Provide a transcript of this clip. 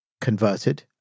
converted